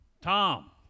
Tom